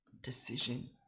decision